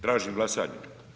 Tražim glasanje.